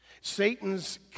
Satan's